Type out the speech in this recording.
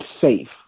safe